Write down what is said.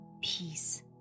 peace